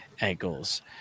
ankles